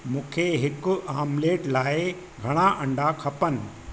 मूंखे हिकु आमलेट लाइ घणा अंडा खपनि